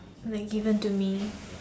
like given to me